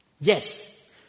Yes